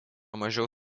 mažiau